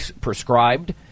prescribed